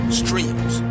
streams